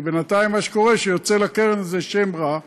כי בינתיים מה שקורה זה שיוצא לקרן הזו שם רע,